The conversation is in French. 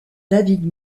david